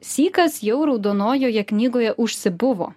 sykas jau raudonojoje knygoje užsibuvo